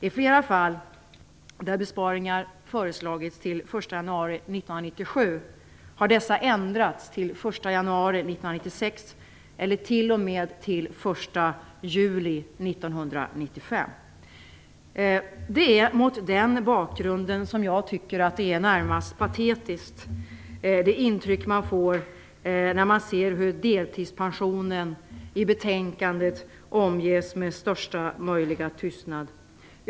I flera fall där besparingar föreslagits till 1 januari 1997 Det är mot den bakgrunden som jag tycker att det närmast är patetiskt att deltidspensionen omges med största möjliga tystnad.